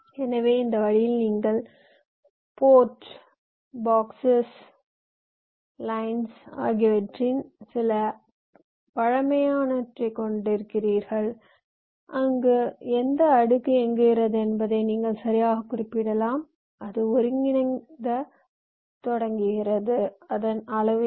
எனவே இந்த வழியில் நீங்கள் போர்டுகள் பெட்டிகள் கோடுகள் ஆகியவற்றிற்கான சில பழமையானவற்றைக் கொண்டிருக்கிறீர்கள் அங்கு எந்த அடுக்கு இயங்குகிறது என்பதை நீங்கள் சரியாகக் குறிப்பிடலாம் அது ஒருங்கிணைக்கத் தொடங்குகிறது அதன் அளவு என்ன